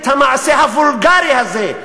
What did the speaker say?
את המעשה הוולגרי הזה,